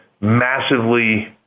massively